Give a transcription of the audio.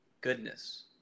goodness